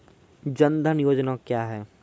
जन धन योजना क्या है?